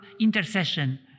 intercession